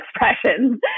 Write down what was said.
expressions